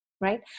right